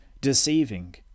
deceiving